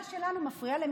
האמונה שלנו מפריעה למישהו.